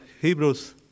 Hebrews